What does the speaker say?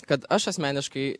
kad aš asmeniškai